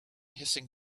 hissing